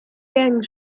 gang